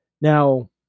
Now